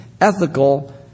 ethical